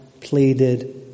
pleaded